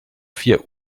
vier